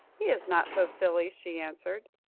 he is not so silly, she answered.